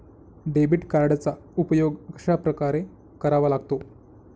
Debit कार्डचा उपयोग कशाप्रकारे करावा लागतो?